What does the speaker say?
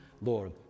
Lord